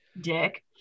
dick